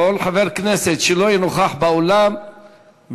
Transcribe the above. כל חבר כנסת שלא יהיה נוכח באולם כשאקרא